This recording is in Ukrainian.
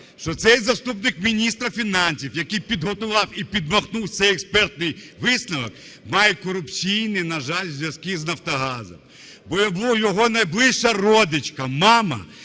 що цей заступник міністра фінансів, який підготував і підмахнув цей експертний висновок, має корупційні, на жаль, зв'язки з Нафтогазом, бо його найближча родичка – мама